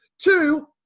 Two